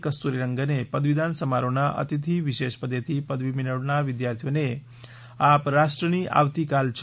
કસ્તુરીરંગને પદવીદાન સમારોફના અતિથી વિશેષ પદેથી પદવી મેળવનાર વિદ્યાર્થીઓને આપ રાષ્ટ્રની આવતીકાલ છે